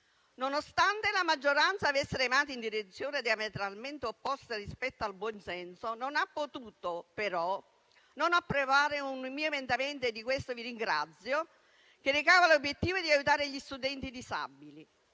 Nonostante la maggioranza avesse remato in direzione diametralmente opposta rispetto al buon senso, non ha potuto però non approvare un mio emendamento - e di questo vi ringrazio - che recava l'obiettivo di aiutare gli studenti disabili.